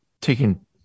taking